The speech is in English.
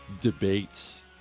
debates